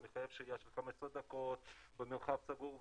זה מחייב שהייה של 15 דקות במרחב סגור וכאלה.